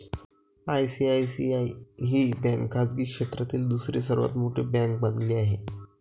ICICI ही bank खाजगी क्षेत्रातील दुसरी सर्वात मोठी बँक बनली आहे